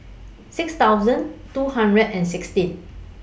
six thousand two hundred and sixteen